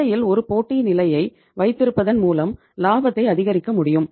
சந்தையில் ஒரு போட்டி நிலையை வைத்திருப்பதன் மூலம் லாபத்தை அதிகரிக்க முடியும்